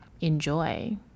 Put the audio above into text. enjoy